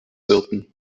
zirpen